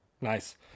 nice